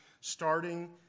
starting